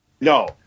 No